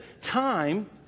time